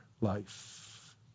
life